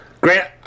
Grant